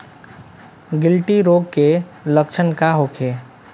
गिल्टी रोग के लक्षण का होखे?